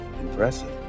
impressive